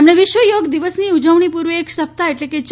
તેમણે વિશ્વ થોગ દિવસની ઉજવણી પૂર્વે એક સપ્તાહ એટલે કે તા